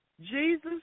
Jesus